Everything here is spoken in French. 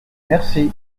merci